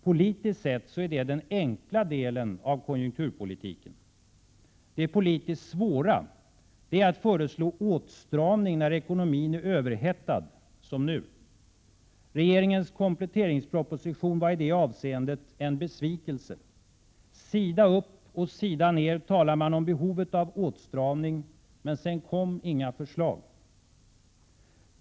Politiskt sett är det den enkla delen av konjunkturpolitiken. Det politiskt svåra är att föreslå åtstramning när ekonomin är överhettad — som nu. Regeringens kompletteringsproposition var i det avseendet en besvikelse. Sida upp och sida ner talar man om behovet av åtstramning —- men sedan kommer inga förslag.